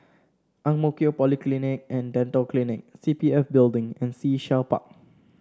Ang Mo Kio Polyclinic And Dental Clinic C P F Building and Sea Shell Park